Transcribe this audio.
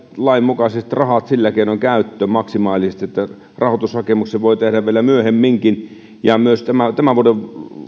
lain mukaisesti rahat sillä keinoin käyttöön maksimaalisesti että rahoitushakemuksen voi tehdä vielä myöhemminkin ja tämän vuoden